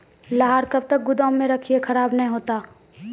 लहार कब तक गुदाम मे रखिए खराब नहीं होता?